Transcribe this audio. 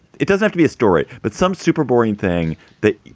it does have to be a story, but some super boring thing that,